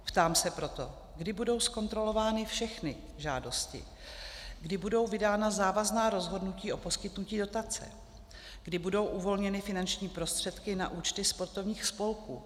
Ptám se proto, kdy budou zkontrolovány všechny žádosti, kdy budou vydána závazná rozhodnutí o poskytnutí dotace, kdy budou uvolněny finanční prostředky na účty sportovních spolků.